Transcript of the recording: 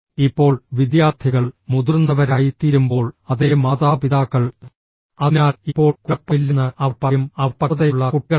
ഇപ്പോൾ വിദ്യാർത്ഥികൾ മുതിർന്നവരായിത്തീരുമ്പോൾ അതേ മാതാപിതാക്കൾ അതിനാൽ ഇപ്പോൾ കുഴപ്പമില്ലെന്ന് അവർ പറയും അവർ പക്വതയുള്ള കുട്ടികളാണ്